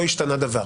לא השתנה דבר.